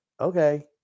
okay